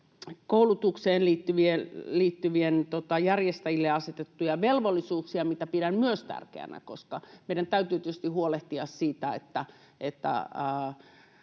tilauskoulutukseen liittyviä järjestäjille asetettuja velvollisuuksia, mitä pidän myös tärkeinä, koska meidän täytyy tietysti huolehtia siitä, että